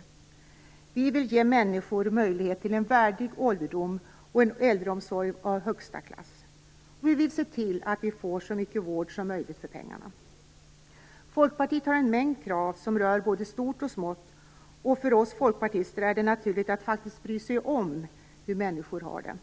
Folkpartiet vill ge människor möjlighet till en värdig ålderdom och en äldreomsorg av högsta klass. Folkpartiet vill se till att vi alla får så mycket vård som möjligt för pengarna. Folkpartiet har en mängd krav som rör både stort och smått, och för oss folkpartister är det naturligt att bry sig om hur människor har det.